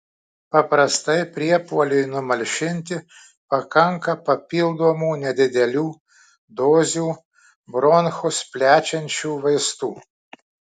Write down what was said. paprastai priepuoliui numalšinti pakanka papildomų nedidelių dozių bronchus plečiančių vaistų